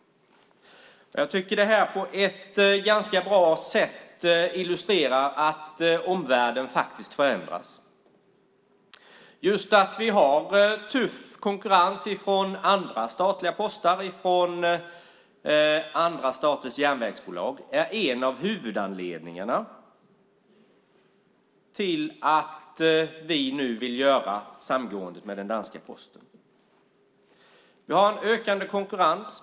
Jag tycker att det här på ett ganska bra sätt illustrerar att omvärlden förändras. Detta att vi har tuff konkurrens från andra statliga postverk och från andra staters järnvägsbolag är en av huvudanledningarna till att vi nu vill genomföra samgåendet med den danska Posten. Vi har en ökande konkurrens.